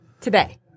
today